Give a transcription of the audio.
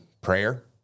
prayer